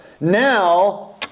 now